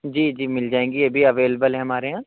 جی جی مل جائیں گی یہ بھی اویلبل ہیں ہمارے یہاں